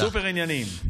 סופר-ענייניים.